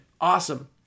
awesome